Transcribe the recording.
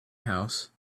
house